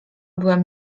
byłem